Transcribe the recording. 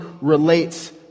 relates